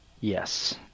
Yes